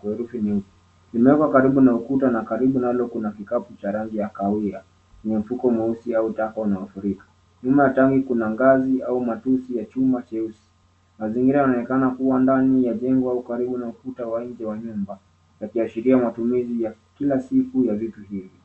kwa herufi nyeupe. Limewekwa karibu na ukuta na karibu nalo kuna kikapu cha rangi ya kahawia chenye mfuko mweusi au tako mwafrika. Nyuma ya tanki kuna ngazi au matusi ya chuma cheusi. Mazingira yanaonekana kuwa ndani ya jengo au karibu na ukuta wa nje ya nyumba yakiashiria matumizi ya kila siku ya vitu hivi.